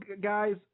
guys